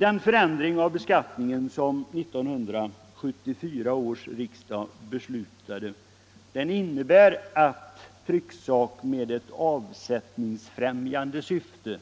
Den förändring av beskattningen som 1974 års riksdag beslutade innebär att trycksak med ett avsättningsfrämjande syfte